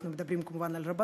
אנחנו מדברים כמובן על הרבנות,